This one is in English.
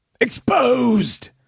Exposed